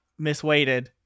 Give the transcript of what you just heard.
misweighted